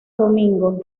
domingo